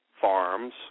farms